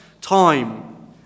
time